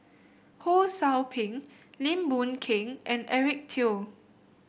Ho Sou Ping Lim Boon Keng and Eric Teo